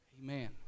Amen